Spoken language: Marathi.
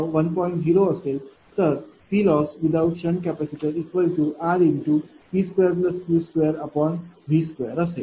0 असेल तर PLossrP2Q2V2असेल